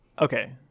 Okay